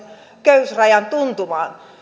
köyhyysrajan tuntumaan